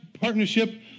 partnership